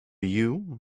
you